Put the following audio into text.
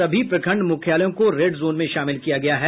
सभी प्रखंड मुख्यालयों को रेड जोन में शामिल किया गया है